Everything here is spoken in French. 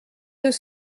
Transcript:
deux